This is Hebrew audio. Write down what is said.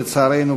לצערנו,